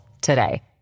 today